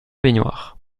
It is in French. baignoire